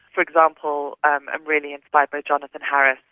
for example, i'm i'm really inspired by jonathan harris,